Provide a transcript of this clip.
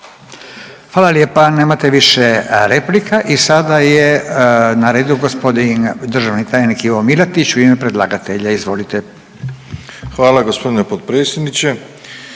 Hvala lijepa. Nemate više replika i sada je na redu g. državni tajnik Ivo Milatić u ime predlagatelja. Izvolite. **Milatić, Ivo** Hvala g.